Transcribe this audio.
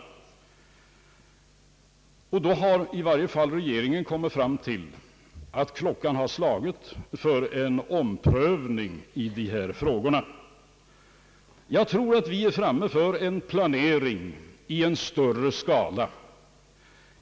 Då har i varje fall regeringen kommit fram till att klockan har slagit för en omprövning i dessa frågor. Jag tror att det är dags för en planering i större skala.